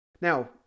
now